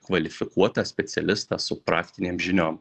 kvalifikuotą specialistą su praktinėm žiniom